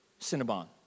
Cinnabon